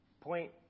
point